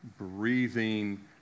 breathing